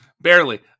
Barely